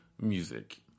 music